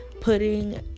putting